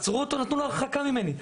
נתנו לו הרחקה ממני.